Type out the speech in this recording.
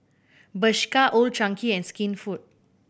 Bershka Old Chang Kee and Skinfood